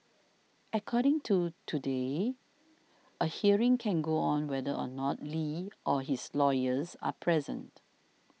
according to Today a hearing can go on whether or not Li or his lawyers are present